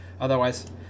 Otherwise